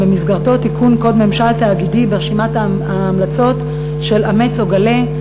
ובמסגרתו תיקון קוד ממשל תאגידי ברשימת ההמלצות של "אמץ או גלה",